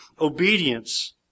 obedience